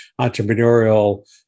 entrepreneurial